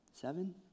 Seven